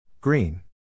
Green